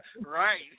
Right